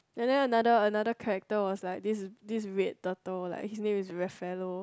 and then another another character was like this this red turtle like his name is raphaelo